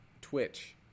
Twitch